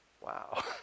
Wow